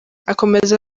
akomeza